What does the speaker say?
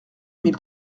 mille